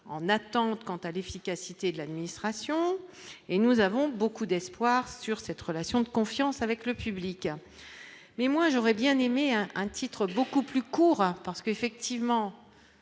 en attente quant à l'efficacité de l'administration et nous avons beaucoup d'espoir sur cette relation de confiance avec le public, mais moi j'aurais bien aimé un titre beaucoup plus court parce qu'effectivement,